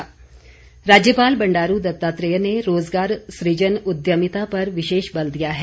राज्यपाल राज्यपाल बंडारू दत्तात्रेय ने रोजगार सूजन उद्यमिता पर विशेष बल दिया है